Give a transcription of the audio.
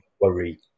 worry